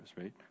Right